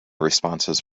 responses